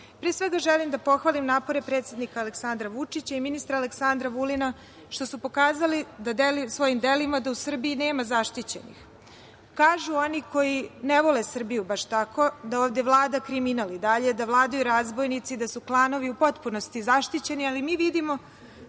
svega, želim da pohvalim napore predsednika Aleksandra Vučića i ministra Aleksandra Vulina što pokazali da svojim delima u Srbiji nema zaštićenih. Kažu oni koji ne vole Srbiju baš tako, da ovde vlada kriminal i dalje, da vladaju razbojnici, da su klanovi u potpunosti zaštićeni, ali mi vidimo